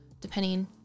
depending